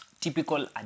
typical